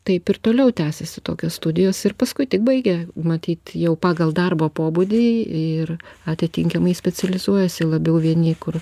taip ir toliau tęsiasi tokios studijos ir paskui tik baigę matyt jau pagal darbo pobūdį ir atitinkamai specializuojasi labiau vieni kur